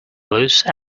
loose